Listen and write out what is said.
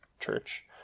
church